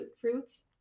fruits